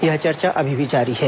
यह चर्चा अभी भी जारी है